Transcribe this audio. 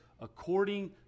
according